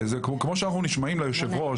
האם יש את החוק הזה במדינות אחרות בעולם?